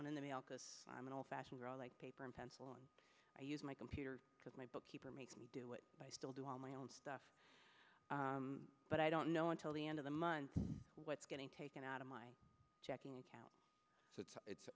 one in the mail because i'm an old fashioned paper and pencil and i use my computer because my bookkeeper makes me do it i still do all my own stuff but i don't know until the end of the month what's getting taken out of my checking account so it's